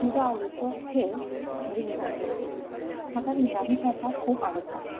म्हजो आवडीचो खेळ रिंगांचो म्हाका रिंगांनी खेळपाक खूप आवडटा